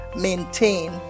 maintain